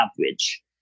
average